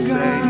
say